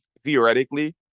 theoretically